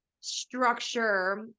structure